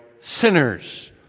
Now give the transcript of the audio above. sinners